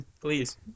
Please